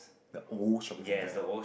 the old shopping centre